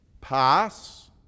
pass